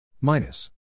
Minus